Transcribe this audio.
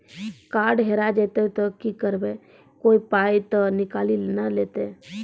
Card हेरा जइतै तऽ की करवै, कोय पाय तऽ निकालि नै लेतै?